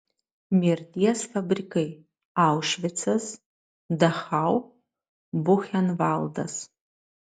mirties fabrikai aušvicas dachau buchenvaldas